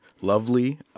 lovely